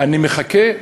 אני מחכה.